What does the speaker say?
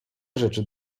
rzeczy